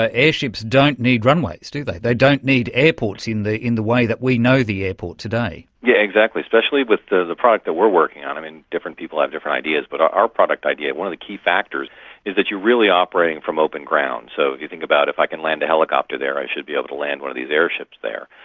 ah airships don't need runways, do they? they don't need airports in the way that we know the airport today. yeah, exactly. especially with the the product that we're working on i mean, different people have different ideas, but our product idea, one of the key factors is that you're really operating from open ground. so if you think about if i can land a helicopter there, i should be able to land one of these airships there.